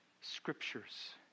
scriptures